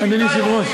אדוני היושב-ראש,